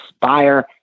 buyer